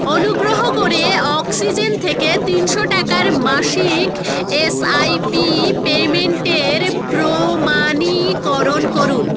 অনুগ্রহ করে অক্সিজেন থেকে তিনশো টাকার মাসিক এসআইপি পেমেন্টের প্রমাণীকরণ করুন